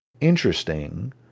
interesting